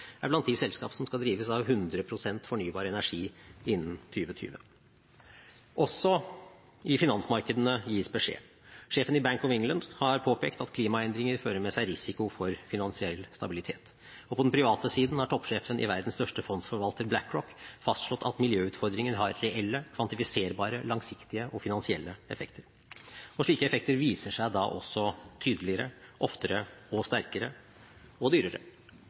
er blant de selskap som skal drives av 100 pst. fornybar energi innen 2020. Også i finansmarkedene gis beskjed. Sjefen i Bank of England har påpekt at klimaendringer fører med seg risiko for finansiell stabilitet. Og på den private siden har toppsjefen i verdens største fondsforvalter BlackRock fastslått at miljøutfordringer har reelle, kvantifiserbare, langsiktige finansielle effekter. Slike effekter viser seg da også tydeligere, oftere og sterkere – og dyrere.